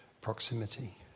proximity